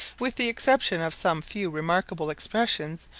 with the exception of some few remarkable expressions,